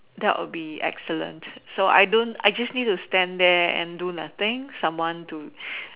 that would be excellent so I don't I just need to stand there and do nothing someone to